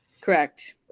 Correct